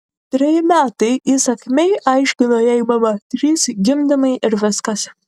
treji metai įsakmiai aiškino jai mama trys gimdymai ir viskas